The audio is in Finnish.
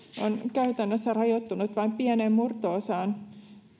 käytännössä rajoittunut vain pieneen murto osaan